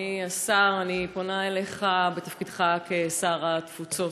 אדוני השר, אני פונה אליך בתפקידך כשר התפוצות.